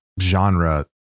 genre